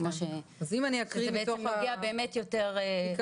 ככה שזה מגיע באמת לתובנות יותר --- אז